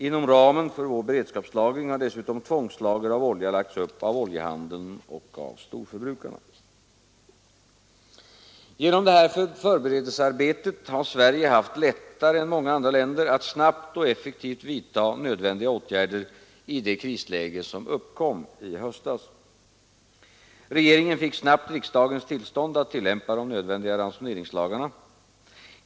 Inom ramen för vår beredskapslagring har dessutom tvångslager av olja lagts upp av oljehandeln och storförbrukarna. Genom detta förberedelsearbete har Sverige haft lättare än många andra länder att snabbt och effektivt vidta nödvändiga åtgärder i det krisläge som uppkom i höstas. Regeringen fick snabbt riksdagens tillstånd att tillämpa de nödvändiga ransoneringslagarna.